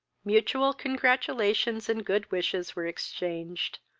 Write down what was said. mutual congratulations and good wishes were exchanged.